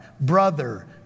Brother